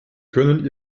können